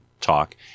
talk